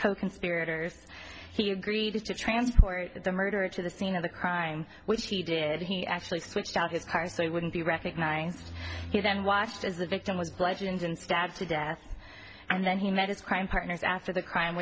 coconspirators he agreed to transport the murderer to the scene of the crime which he did he actually switched out his car so he wouldn't be recognized he then watched as the victim was bludgeoned and stabbed to death and then he met his crime partners after the crime